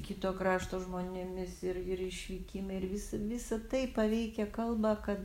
kito krašto žmonėmis ir ir išvykimai ir vis visa tai paveikia kalbą kad